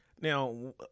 now